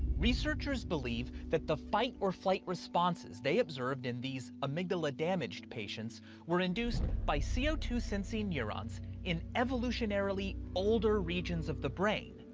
researchers believe that the fight-or-flight responses they observed in these amygdala-damaged patients were induced by c o two sensing neurons in evolutionarily older regions of the brain,